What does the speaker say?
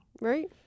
Right